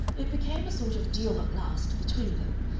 it became a sort of duel at last between them,